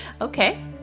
Okay